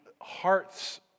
hearts